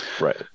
Right